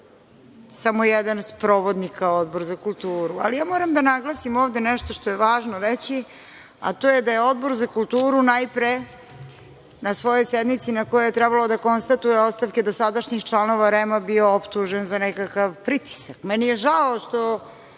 samo jedan sprovodnika Odbor za kulturu. Ali, moram da naglasim ovde nešto što je važno reći, a to je da je Odbor za kulturu najpre na svojoj sednici na kojoj je trebalo da konstatuje ostavke dosadašnjih članova REM bio optužen za nekakav pritisak. Meni je žao što